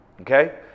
okay